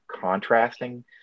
contrasting